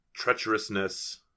treacherousness